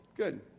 Good